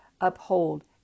uphold